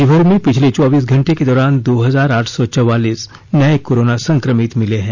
राज्यभर में पिछले चौबीस घंटे के दौरान दो हजार आठ सौ चौबालीस नए कोरोना संक्रमित मिले हैं